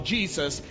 Jesus